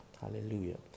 Hallelujah